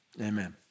Amen